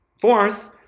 Fourth